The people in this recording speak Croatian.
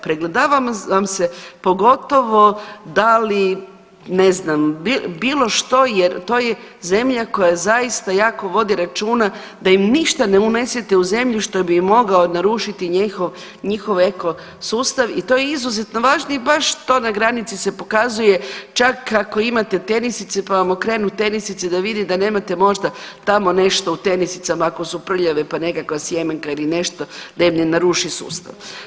Pregledava vam se pogotovo da li ne znam bilo što jer to je zemlja koja zaista jako vodi računa da im ništa ne unesete u zemlju što bi im mogao narušiti njihov, njihov ekosustav i to je izuzetno važno i baš to na granici se pokazuje čak ako imate tenisice pa vam okrenu tenisice da vidi da nemate možda tamo nešto u tenisicama ako su prljave pa nekakva sjemenka ili nešto deblje naruši sustav.